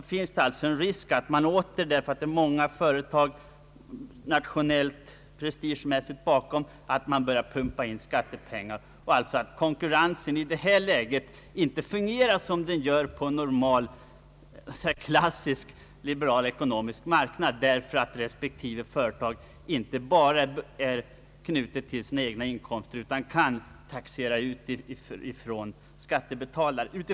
Eftersom det existerar många företag med ett nationellt prestigetänkande bakom finns det en risk för att man börjar pumpa in skattepengar och att alliså konkurrensen i detta läge inte fungerar som den gör i ett klassiskt ekonomiskt mönster, eftersom respektive företag inte är beroende enbart av sina trafikinkomster.